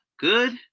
good